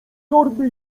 torby